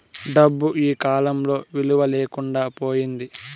డబ్బు ఈకాలంలో విలువ లేకుండా పోయింది